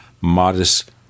modest